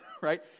right